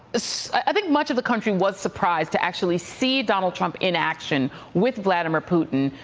so i think much of the country was surprised to actually see donald trump in action with vladimir putin,